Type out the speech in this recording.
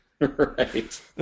right